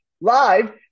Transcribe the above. live